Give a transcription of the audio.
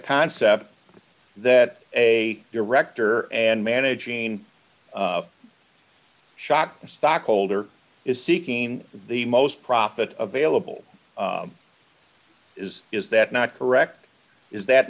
concept that a director and managing shot stock holder is seeking the most profit available is is that not correct is that